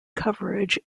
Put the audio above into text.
coverage